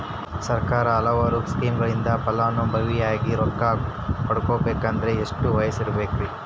ಸರ್ಕಾರದ ಹಲವಾರು ಸ್ಕೇಮುಗಳಿಂದ ಫಲಾನುಭವಿಯಾಗಿ ರೊಕ್ಕ ಪಡಕೊಬೇಕಂದರೆ ಎಷ್ಟು ವಯಸ್ಸಿರಬೇಕ್ರಿ?